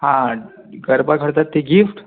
हा गरबा करतात ते गिफ्ट